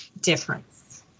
difference